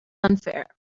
unfair